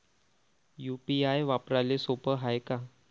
UPI वापराले सोप हाय का?